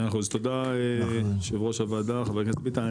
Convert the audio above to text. מאה אחוז, תודה יושב ראש הוועדה, חבר הכנסת ביטן.